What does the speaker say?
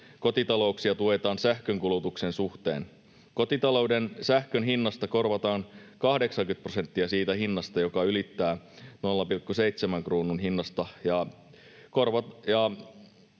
kotitalouksia tuetaan sähkönkulutuksen suhteen: kotitalouden sähkön hinnasta korvataan 80 prosenttia siitä hinnasta, joka ylittää 0,7 kruunun